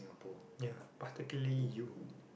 ya particularly you